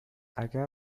اگه